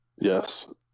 Yes